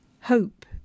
Hope